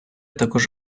також